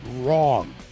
wrong